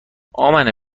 امنه